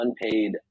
unpaid